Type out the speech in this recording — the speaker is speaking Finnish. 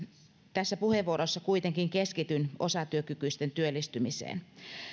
tässä puheenvuorossa kuitenkin keskityn osatyökykyisten työllistymiseen